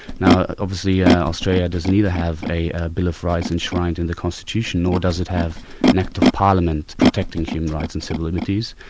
now obviously yeah australia doesn't have a bill of rights enshrined in the constitution, nor does it have an act of parliament protecting human rights and civil liberties.